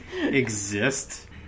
exist